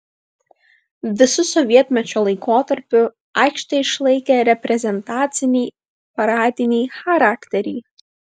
visu sovietmečio laikotarpiu aikštė išlaikė reprezentacinį paradinį charakterį